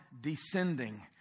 descending